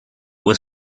was